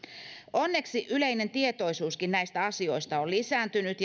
onneksi yleinen tietoisuuskin näistä asioista on lisääntynyt